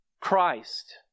Christ